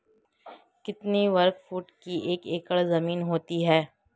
कितने वर्ग फुट की एक एकड़ ज़मीन होती है?